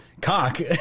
cock